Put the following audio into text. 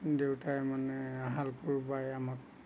দেউতাই মানে হাল কুৰ বাই আমাক